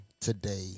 today